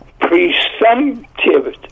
presumptive